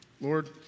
Lord